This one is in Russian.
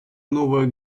новая